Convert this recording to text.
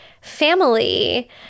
family